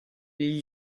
gli